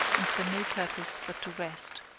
and for no purpose but to rest.